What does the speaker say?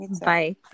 Bye